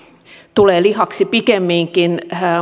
tulee lihaksi pikemminkin